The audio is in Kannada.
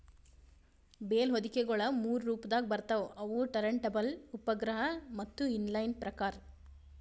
ಬೇಲ್ ಹೊದಿಕೆಗೊಳ ಮೂರು ರೊಪದಾಗ್ ಬರ್ತವ್ ಅವು ಟರಂಟಬಲ್, ಉಪಗ್ರಹ ಮತ್ತ ಇನ್ ಲೈನ್ ಪ್ರಕಾರ್